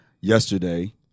yesterday